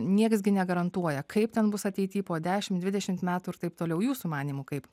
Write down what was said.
nieks gi negarantuoja kaip ten bus ateity po dešim dvidešimt metų ir taip toliau jūsų manymu kaip